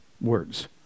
words